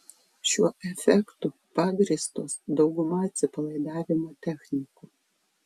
šiuo efektu pagrįstos dauguma atsipalaidavimo technikų